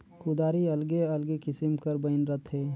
कुदारी अलगे अलगे किसिम कर बइन रहथे